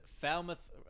Falmouth